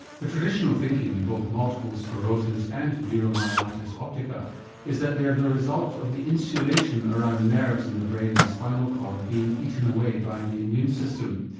the traditional thinking in both multiple sclerosis and neuromyelitis optica is that they are the result of the insulation around nerves in the brain and spinal cord being eaten away by the immune system.